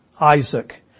Isaac